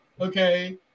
Okay